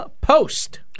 Post